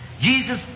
Jesus